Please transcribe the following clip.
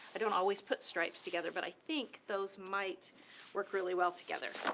i don't always put stripes together, but i think those might work really well together.